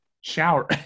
shower